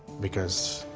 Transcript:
because